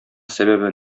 сәбәбе